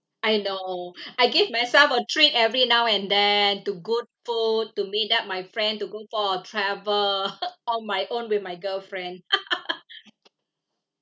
I know I give myself a treat every now and then to good food to meet up my friend to go for travel on my own with my girlfriend